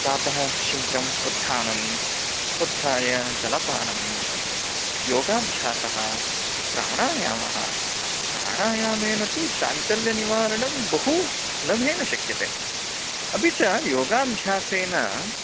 प्रातः शीघ्रम् उत्थानम् उत्थाय जलपानं योगाभ्यासः प्राणायामः प्राणायामेन तु चाञ्चल्यनिवारणं बहु सुलभेन शक्यते अपि च योगाभ्यासेन